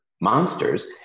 monsters